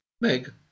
Meg